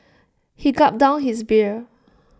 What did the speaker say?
he gulped down his beer